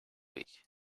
week